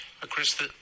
Chris